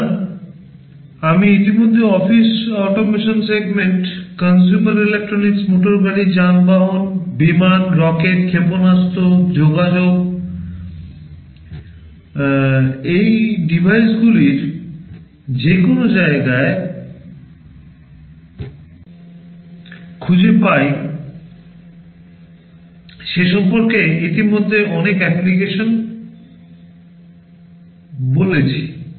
সুতরাং আমি ইতিমধ্যে office automation segment consumer electronics মোটরগাড়ি যানবাহন বিমান রকেট ক্ষেপণাস্ত্র যোগাযোগ এই ডিভাইসগুলি যে কোনও জায়গায় খুঁজে পাই সে সম্পর্কে ইতিমধ্যে অনেক অ্যাপ্লিকেশন বলেছি